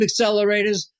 accelerators